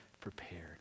prepared